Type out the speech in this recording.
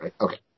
Okay